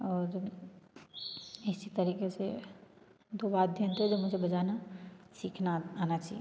और इसी तरीके से दो वाद्ययन्त्र मुझे बजाना सीखना आना चाहिए